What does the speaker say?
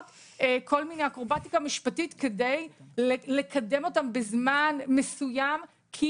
כל מיני אקרובטיקה משפטית כדי לקדם אותם בזמן מסוים כי